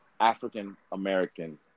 African-American